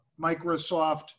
Microsoft